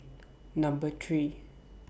Number three